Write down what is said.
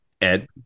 Ed